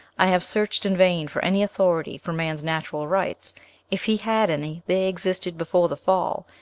i have searched in vain for any authority for man's natural rights if he had any, they existed before the fall.